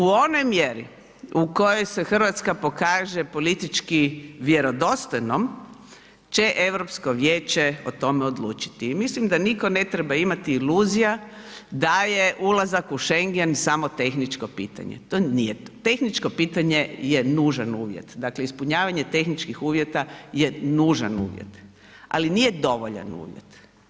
U onoj mjeri u kojoj se Hrvatska pokaže politički vjerodostojnom će EU Vijeće o tome odlučiti i mislim da nitko ne treba imati iluzija da je ulazak u Schengen samo tehničko pitanje, to nije, tehničko pitanje je nužan uvjet, dakle ispunjavanje tehničkih uvjeta je nužan uvjet, ali nije dovoljan uvjet.